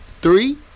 three